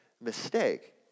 mistake